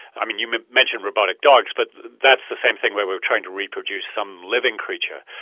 i mean you mentioned robotic dogs but that's the same thing where we're trying to reproduce some living creature.